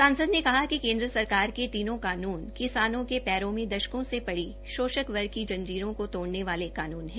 सांसद सुनीता दुग्गल ने कहा कि केंद्र सरकार के तीनों कानून किसानों के पैरों में दशकों से पड़ी शोषक वर्ग की जंजीरों को तोडऩे वाले कानून हैं